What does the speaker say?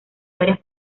varias